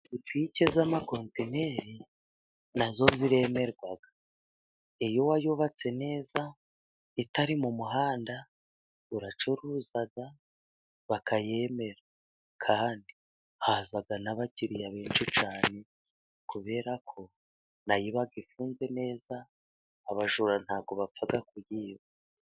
Butike z'amakontineri nazo ziremerwa. iyo wayubatse neza， itari mu muhanda， uracuruza bakayemera， kandi haza n’abakiriya benshi cyane，kubera ko nayo iba ifunze neza，abajura ntabwo bapfa kuyiba.